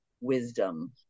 wisdom